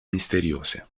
misteriose